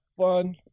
fun